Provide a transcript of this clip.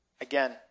Again